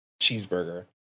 cheeseburger